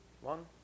one